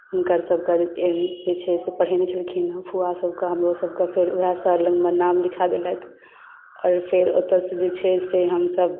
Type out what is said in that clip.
हुनकर सभकेँ की कहै छै से पढ़ेने छलखिन हेँ फुआ सभके हमरो सभके फेर उएह सर लगमे नाम लिखा देलथि आओर फेर ओतयसँ जे छै से फेर हमसभ